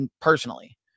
personally